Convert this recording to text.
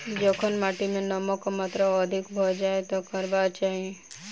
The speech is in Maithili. जखन माटि मे नमक कऽ मात्रा अधिक भऽ जाय तऽ की करबाक चाहि?